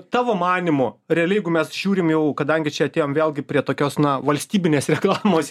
tavo manymu realiai jeigu mes žiūrim jau kadangi čia atėjom vėlgi prie tokios na valstybinės reklamos